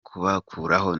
kubakuraho